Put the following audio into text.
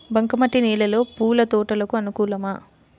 బంక మట్టి నేలలో పూల తోటలకు అనుకూలమా?